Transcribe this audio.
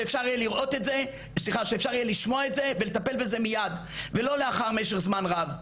שאפשר יהיה לשמוע את זה ולטפל בזה מייד ולא לאחר משך זמן רב,